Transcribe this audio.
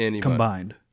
combined